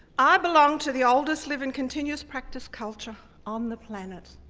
i belong to the oldest living continuous practice culture on the planet,